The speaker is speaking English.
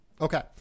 Okay